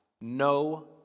no